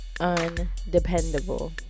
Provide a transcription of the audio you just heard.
Undependable